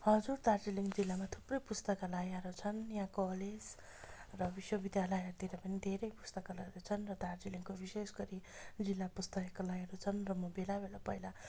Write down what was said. हजुर दार्जिलिङ जिल्लामा थुप्रै पुस्तकालयहरू छन् यहाँ कलेज र विश्वविद्यालयतिर पनि धेरै पुस्तकालयहरू छन् र दार्जिलिङको विशेष गरी लीला पुस्तकालयहरू छन् र म बेला बेला पहिला